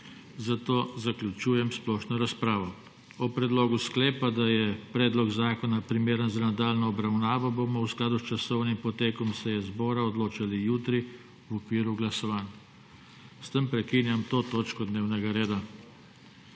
zato zaključujem splošno razpravo. O predlogu sklepa, da je predlog zakona primeren za nadaljnjo obravnavo, bomo v skladu s časovnim potekom seje zbora odločali jutri v okviru glasovanj. S tem prekinjam to točko dnevnega reda.